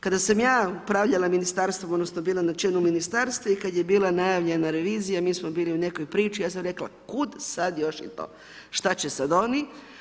Kada sam ja upravljala ministarstvom, odnosno bila na načelu ministarstva i kada je bila najavljena revizija, mi smo bili u nekoj priči, ja sam rekla kud sad još i to, šta će sada oni.